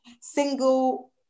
single